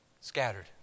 Scattered